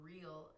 Real